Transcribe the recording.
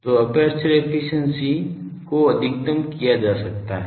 तो aperture efficiency को अधिकतम किया जा सकता है